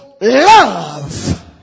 love